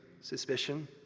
suspicion